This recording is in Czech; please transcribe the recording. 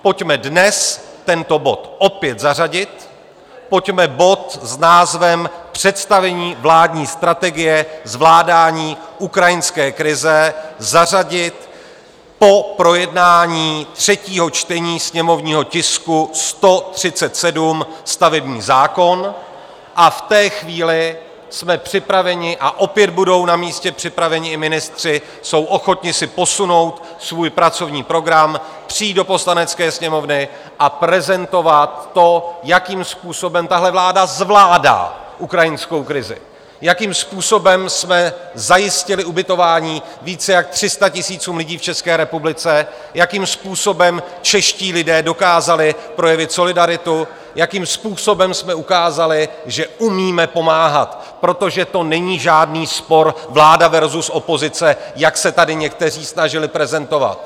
Pojďme dnes tento bod opět zařadit, pojďme bod s názvem Představení vládní strategie zvládání ukrajinské krize zařadit po projednání třetího čtení sněmovního tisku 137 stavební zákon, a v té chvíli jsme připraveni a opět budou na místě připraveni i ministři, jsou ochotni si posunout svůj pracovní program, přijít do Poslanecké sněmovny a prezentovat to, jakým způsobem tahle vláda zvládá ukrajinskou krizi, jakým způsobem jsme zajistili ubytování více jak 300 000 lidí v České republice, jakým způsobem čeští lidé dokázali projevit solidaritu, jakým způsobem jsme ukázali, že umíme pomáhat, protože to není žádný spor vláda versus opozice, jak se tady někteří snažili prezentovat.